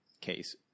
case